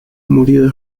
murió